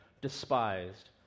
despised